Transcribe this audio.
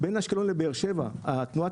תנועת הרכבות בין אשקלון לבאר שבע מסתיימת,